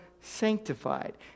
sanctified